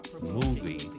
movie